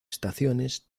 estaciones